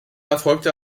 erfolgte